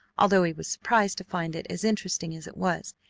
although he was surprised to find it as interesting as it was.